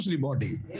body